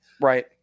Right